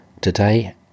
Today